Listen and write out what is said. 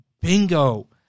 Bingo